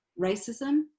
racism